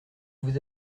vous